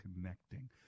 connecting